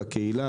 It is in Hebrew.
הקהילה,